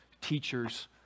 teachers